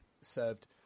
served